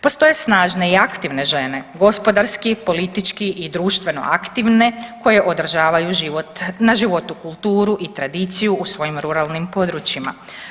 Postoje snažne i aktivne žene, gospodarski, politički i društveno aktivne koje odražavaju na životu kulturu i tradiciju u svojim ruralnim područjima.